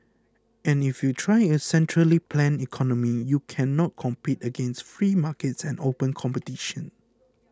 and if you try a centrally planned economy you cannot compete against free markets and open competition